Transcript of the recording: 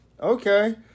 Okay